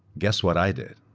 guess what i did?